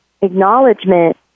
acknowledgement